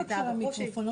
יש לנו